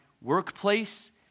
workplace